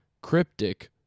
cryptic